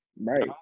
right